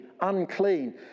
unclean